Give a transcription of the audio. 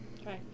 Okay